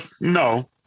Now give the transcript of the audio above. no